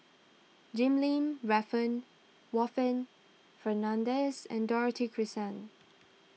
Jim Lim Warren Fernandez and Dorothy Krishnan